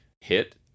hit